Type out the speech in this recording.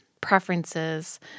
preferences